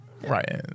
Right